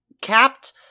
capped